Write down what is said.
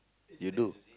you lose